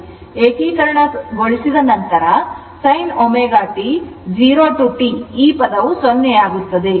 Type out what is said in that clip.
ಏಕೀಕರಣಗೊಳಿಸಿದ ನಂತರ sin ω t 0 to T ಈ ಪದವು 0 ಆಗುತ್ತದೆ